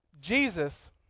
Jesus